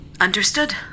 Understood